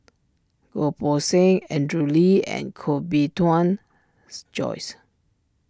Goh Poh Seng Andrew Lee and Koh Bee Tuan Joyce